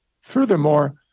Furthermore